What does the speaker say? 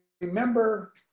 remember